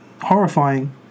horrifying